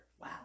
wow